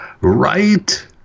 Right